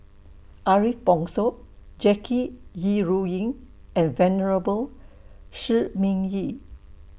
Ariff Bongso Jackie Yi Ru Ying and Venerable Shi Ming Yi